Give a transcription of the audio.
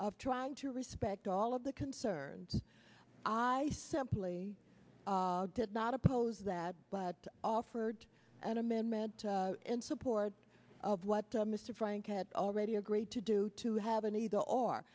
of trying to respect all of the concerned i simply did not oppose that but offered an amendment in support of what mr frank had already agreed to do to have an either